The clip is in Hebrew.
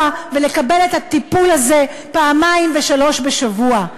ולקבל את הטיפול הזה פעמיים ושלוש פעמים בשבוע.